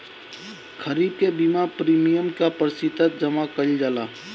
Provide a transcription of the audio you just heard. खरीफ के बीमा प्रमिएम क प्रतिशत जमा कयील जाला?